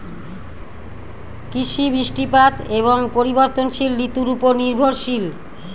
কৃষি বৃষ্টিপাত এবং পরিবর্তনশীল ঋতুর উপর নির্ভরশীল